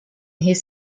his